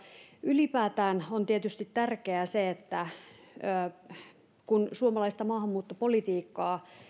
ylipäätään on tietysti tärkeää että suomalaista maahanmuuttopolitiikkaa